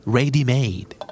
Ready-made